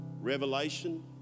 revelation